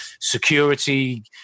security